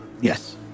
yes